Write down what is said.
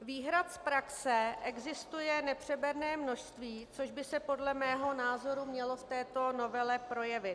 Výhrad z praxe existuje nepřeberné množství, což by se podle mého názoru mělo v této novele projevit.